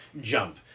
jump